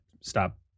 stop